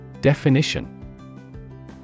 Definition